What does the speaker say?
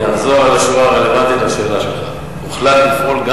אני אחזור על השורה הרלוונטית לשאלה שלך: הוחלט לפעול גם